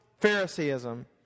Phariseeism